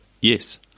Yes